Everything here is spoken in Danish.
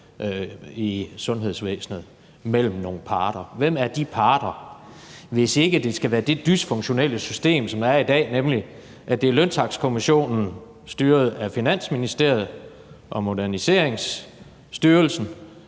i sundhedsvæsenet mellem nogle parter. Hvem er de parter, hvis ikke det skal være det dysfunktionelle system, som er der i dag, nemlig at det er løntakstkommissionen styret af Finansministeriet og Moderniseringsstyrelsen,